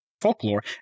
folklore